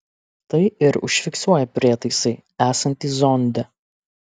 tai ir užfiksuoja prietaisai esantys zonde